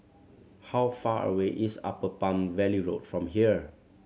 how far away is Upper Palm Valley Road from here